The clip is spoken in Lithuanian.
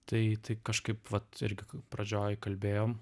tai tai kažkaip vat irgi pradžioj kalbėjom